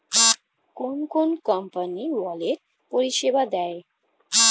কোন কোন company wallet পরিষেবা দেয়?